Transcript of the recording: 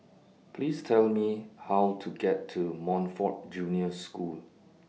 Please Tell Me How to get to Montfort Junior School